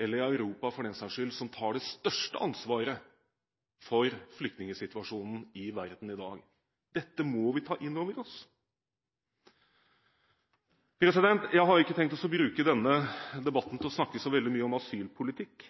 eller Europa, for den saks skyld – som tar det største ansvaret for flyktningsituasjonen i verden i dag. Dette må vi ta inn over oss. Jeg har ikke tenkt å bruke denne debatten til å snakke så veldig mye om asylpolitikk